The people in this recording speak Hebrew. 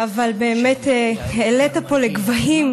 באמת העלית פה לגבהים